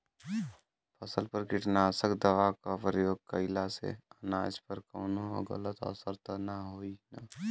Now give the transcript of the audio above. फसल पर कीटनाशक दवा क प्रयोग कइला से अनाज पर कवनो गलत असर त ना होई न?